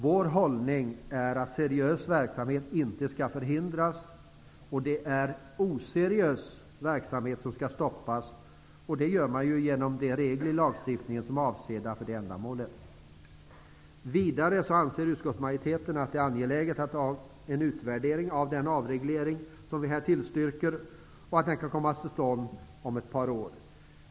Vår hållning är att seriös verksamhet inte skall förhindras. Det är oseriös verksamhet som skall stoppas, och det görs genom de regler i lagstiftningen som är avsedda för det ändamålet. Vidare anser utskottsmajoriteten att det är angeläget med en utvärdering av den avreglering som vi här tillstyrker och att den kan komma till stånd om ett par år.